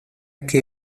que